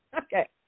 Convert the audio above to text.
Okay